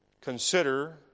Consider